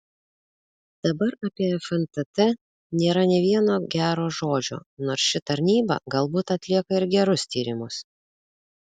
dabar apie fntt nėra nė vieno gero žodžio nors ši tarnyba galbūt atlieka ir gerus tyrimus